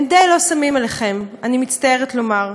הם די לא שמים עליכם, אני מצטערת לומר.